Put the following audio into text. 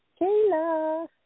Kayla